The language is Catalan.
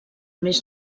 més